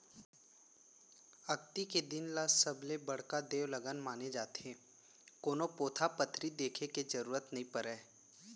अक्ती के दिन ल सबले बड़का देवलगन माने जाथे, कोनो पोथा पतरी देखे के जरूरत नइ परय